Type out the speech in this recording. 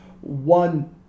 one